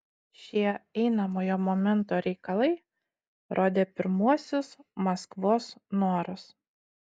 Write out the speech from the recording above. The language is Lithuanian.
šie einamojo momento reikalai rodė pirmuosius maskvos norus